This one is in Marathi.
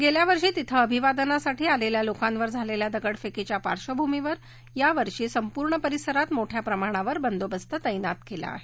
गेल्यावर्षी तिथं अभिवादनासाठी आलेल्या लोकांवर झालेल्या दगडफेकीच्या पार्श्वभूमीवर या वर्षी संपूर्ण परिसारात मोठ्या प्रमाणात बंदोबस्त तैनात केला आहे